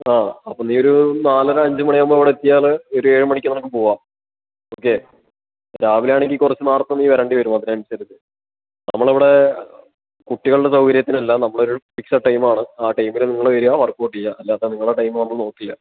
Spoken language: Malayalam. ആ അപ്പൊ നീ ഒരു നാലര അഞ്ച് മണി ആകുമ്പോൾ ഇവിടെ എത്തിയാൽ ഒരു ഏഴ് മണിക്ക് നിനക്ക് പോകാം ഓക്കെ ഇപ്പം രാവിലെ ആണെങ്കിൽ ഇ കുറച്ച് നേരത്തെ നീ വരേണ്ടിവരും അതിനനുസരിച്ച് നമ്മളിവിടെ കുട്ടികളുടെ സൗകര്യത്തിനല്ല നമ്മളൊരു ഫിക്സ്ഡ് ടൈമാണ് ആ ടൈമിൽ നിങ്ങൾ വരിക വർക്കൗട്ട് ചെയ്യുക അല്ലാത്ത നിങ്ങളുടെ ടൈം നമ്മൾ നോക്കില്ല